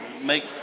make